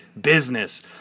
business